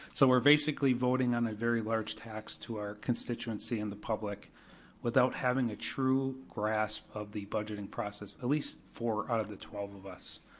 so we're basically voting on a very large tax to our constituency and the public without having a true grasp of the budgeting process, at least four out of the twelve of us.